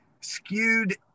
skewed